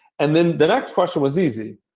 and then, the next question was easy,